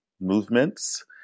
movements